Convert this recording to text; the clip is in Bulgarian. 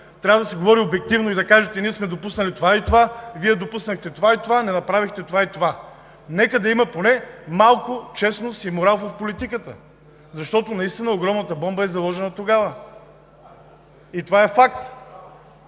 трябва да се говори обективно и да кажете: ние сме допуснали това и това, Вие допуснахте това и това, не направихте това и това. Нека да има поне малко честност и морал в политиката, защото наистина огромната бомба е заложена тогава. И това е факт.